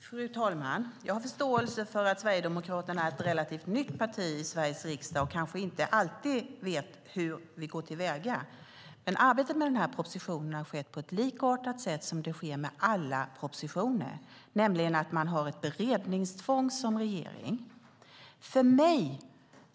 Fru talman! Jag har förståelse för att Sverigedemokraterna är ett relativt nytt parti i Sveriges riksdag och kanske inte alltid vet hur vi går till väga. Arbetet med den här propositionen har skett på ett likartat sätt som det gör med alla propositioner, nämligen att man som regering har ett beredningstvång.